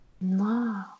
No